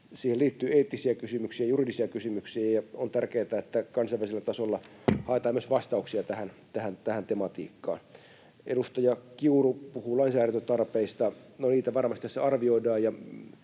siihen liittyy eettisiä kysymyksiä ja juridisia kysymyksiä, ja on tärkeätä, että kansainvälisellä tasolla haetaan myös vastauksia tähän tematiikkaan. Edustaja Kiuru puhui lainsäädäntötarpeista: no, niitä varmasti tässä arvioidaan,